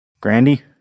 Grandy